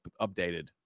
updated